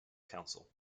council